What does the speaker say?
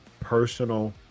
personal